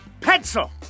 pencil